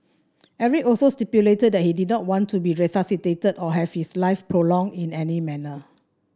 Eric also stipulated that he did not want to be resuscitated or have his life prolonged in any manner